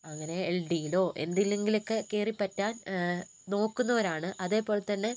അങ്ങനെ എൽ ഡിയിലോ എന്തിലെങ്കിലുമൊക്കെ കയറിപ്പറ്റാൻ നോക്കുന്നവരാണ് അതേപോലെത്തന്നെ